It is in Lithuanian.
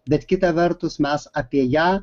bet kita vertus mes apie ją